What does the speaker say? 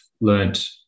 learned